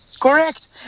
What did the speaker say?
Correct